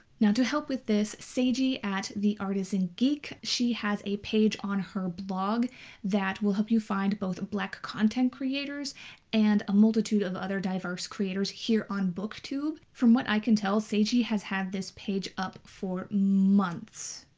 now to help with this seji at the artisan geek, she has a page on her blog that will help you find both black content creators and a multitude of other diverse creators here on booktube. from what i can tell seji has had this page up for months.